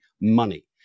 money